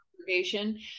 congregation